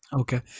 Okay